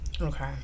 Okay